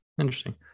Interesting